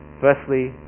Firstly